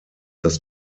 das